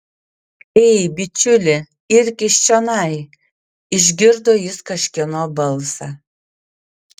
ei bičiuli irkis čionai išgirdo jis kažkieno balsą